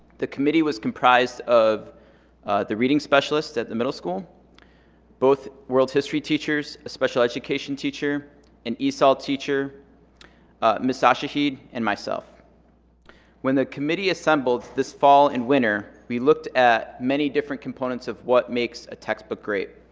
the committee was comprised of the reading specialists at the middle school both world history teachers a special education teacher an esl teacher ms ashaheed and myself when the committee assembled this fall and winter we looked at many different components of what makes a textbook great.